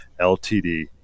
LTD